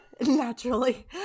naturally